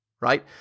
right